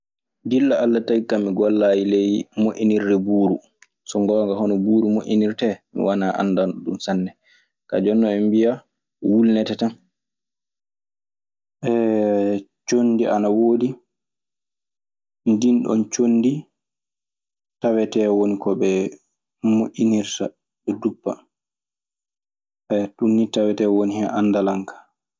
Gilla Allah tagikan mi gollahi ley moƴƴinirde buuru. So ngoonga moƴinirtee mi wanaa annduɗo sanne, kaa jonno eɓe mbiya wulnete tan.